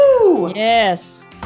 Yes